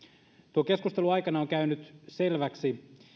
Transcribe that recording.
tuon keskustelun aikana on käynyt selväksi